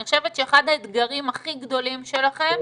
אני חושבת שאחד האתגרים הכי גדולים שלכם